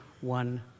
one